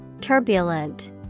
Turbulent